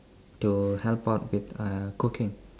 to help out with uh cooking